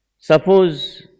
Suppose